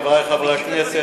חברי חברי הכנסת,